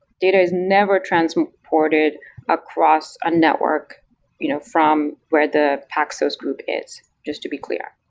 data is never transported across a network you know from where the paxos group is, just to be clear.